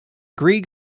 greig